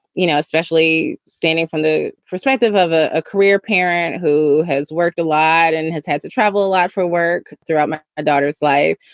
you know, especially standing from the perspective of ah a career parent who has worked a lot and has had to travel a lot for work throughout my daughter's life.